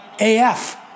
AF